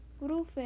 Rufe